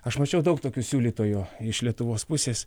aš mačiau daug tokių siūlytojų iš lietuvos pusės